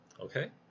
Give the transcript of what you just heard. Okay